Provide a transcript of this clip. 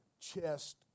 chest